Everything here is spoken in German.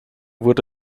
wurde